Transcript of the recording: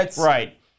Right